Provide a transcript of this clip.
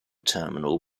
terminal